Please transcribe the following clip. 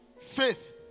faith